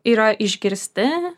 yra išgirsti